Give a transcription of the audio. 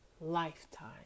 lifetime